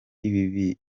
ibi